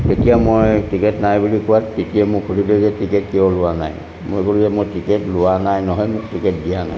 তেতিয়া মই টিকেট নাই বুলি কোৱাত টিটিয়ে মোক সুধিলোঁ যে টিকেট কিয় লোৱা নাই মই ক'লোঁ যে মই টিকেট লোৱা নাই নহয় মোক টিকেট দিয়া নাই